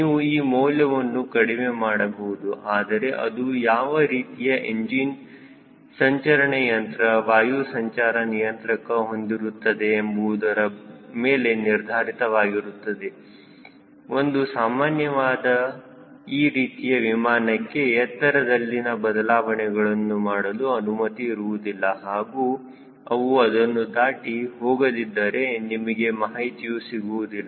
ನೀವು ಈ ಮೌಲ್ಯವನ್ನು ಕಡಿಮೆ ಮಾಡಬಹುದು ಆದರೆ ಅದು ಯಾವ ರೀತಿಯ ಎಂಜಿನ್ ಸಂಚರಣೆ ಯಂತ್ರ ವಾಯು ಸಂಚಾರ ನಿಯಂತ್ರಕ ಹೊಂದಿರುತ್ತದೆ ಎಂಬುವುದರ ಮೇಲೆ ನಿರ್ಧಾರಿತವಾಗಿರುತ್ತದೆ ಒಂದು ಸಾಮಾನ್ಯವಾದ ಈ ರೀತಿಯ ವಿಮಾನಕ್ಕೆ ಎತ್ತರದಲ್ಲಿನ ಬದಲಾವಣೆಗಳನ್ನು ಮಾಡಲು ಅನುಮತಿ ಇರುವುದಿಲ್ಲ ಹಾಗೂ ಅವು ಅದನ್ನು ದಾಟಿ ಹೋಗದಿದ್ದರೆ ನಮಗೆ ಮಾಹಿತಿಯು ಸಿಗುವುದಿಲ್ಲ